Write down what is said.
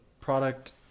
product